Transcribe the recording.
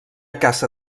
caça